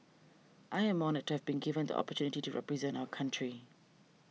I am honoured to have been given the opportunity to represent our country